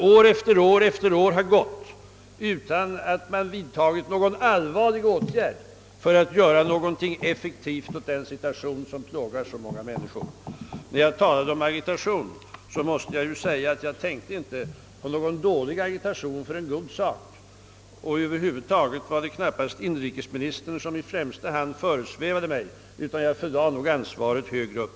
År efter år har gått utan att man vidtagit några åtgärder för att effektivt lösa de problem som plågar så många människor. När jag talade om agitation tänkte jag inte på agitation för en god sak. Över huvud taget var det knappast inrikesministern jag i första hand tänkte på utan jag förlade ansvaret högre upp.